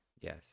Yes